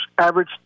average